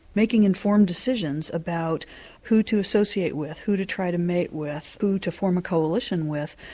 making informed decisions about who to associate with, who to try to mate with, who to form a coalition with,